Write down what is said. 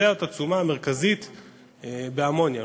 זאת התשומה המרכזית באמוניה.